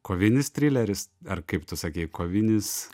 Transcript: kovinis trileris ar kaip tu sakei kovinis